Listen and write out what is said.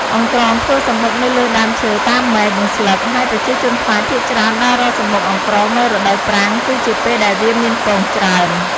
ចំពោះសត្វអង្រ្កងវិញ វាមានរសជាតិជូរ ប៉ុន្តែអាចបរិភោគបាន និងមានរសជាតិឆ្ងាញ់ថែមទៀតផង លើសពីនេះប្រជាជនខ្មែរចាត់ទុកថាវាជាម្ហូបប្រពៃណីមួយបែប។